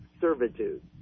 servitude